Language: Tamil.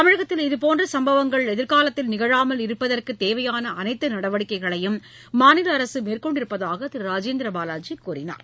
தமிழகத்தில் இதுபோன்ற சும்பவங்கள் எதிர்காலத்தில் நிகழாமல் இருப்பதற்கு தேவையான அனைத்து நடவடிக்கைகளையும் மாநில அரசு மேற்கொண்டிருப்பதாக திரு ராஜேந்திர பாவாஜி கூறினார்